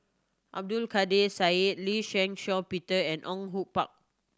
Abdul Kadir Syed Lee Shih Shiong Peter and Au Hue Pak